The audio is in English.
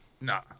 Nah